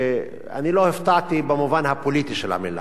אני לא הופתעתי במובן הפוליטי של המלה.